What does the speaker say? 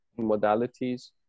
modalities